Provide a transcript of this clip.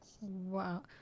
Wow